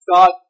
God